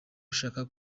ushaka